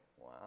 wow